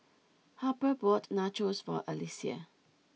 Harper bought Nachos for Alecia